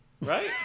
right